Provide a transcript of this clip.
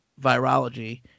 Virology